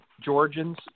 Georgians